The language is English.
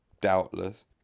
doubtless